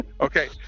Okay